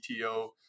CTO